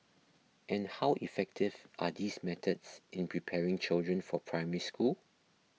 and how effective are these methods in preparing children for Primary School